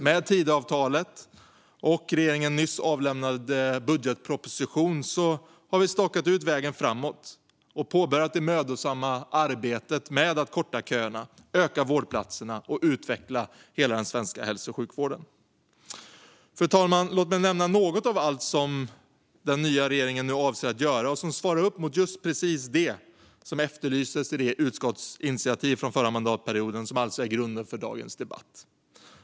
Med Tidöavtalet och regeringens nyss avlämnade budgetproposition har vi stakat ut vägen framåt och påbörjat det mödosamma arbetet med att korta köerna, öka vårdplatserna och utveckla hela den svenska hälso och sjukvården. Fru talman! Låt mig nämna något av allt som den nya regeringen nu avser att göra och som svarar upp mot just precis det som efterlystes i det utskottsinitiativ från den förra mandatperioden som alltså är grunden för dagens debatt.